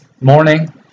morning